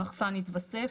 הרחפן התווסף.